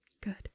Good